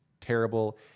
terrible